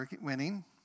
winning